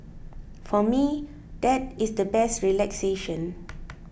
for me that is the best relaxation